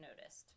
noticed